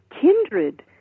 kindred